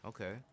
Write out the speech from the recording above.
Okay